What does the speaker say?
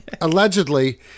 allegedly